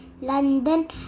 London